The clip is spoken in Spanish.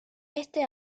este